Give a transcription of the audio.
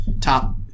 top